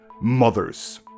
mothers